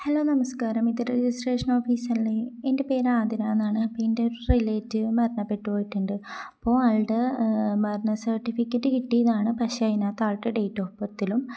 hello നമസ്കാരം ഇത് registration ഓഫീസല്ലേ എൻ്റെ പേര് ആതിര എന്നാണ് അപ്പം എൻ്റെ ഒരു റിലേറ്റീവ് മരണപ്പെട്ടു പോയിട്ടുണ്ട് അപ്പോൾ ആളുടെ മരണ സർട്ടിഫിക്കറ്റ് കിട്ടിയതാണ് പക്ഷേ അതിനകത്ത് ആളുടെ ഡേറ്റ് ഓഫ് ബെർത്തിലും